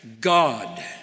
God